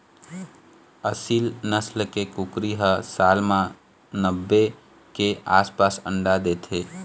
एसील नसल के कुकरी ह साल म नब्बे के आसपास अंडा देथे